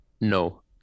No